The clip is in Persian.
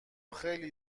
خیلی